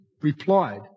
replied